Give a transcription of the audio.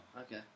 Okay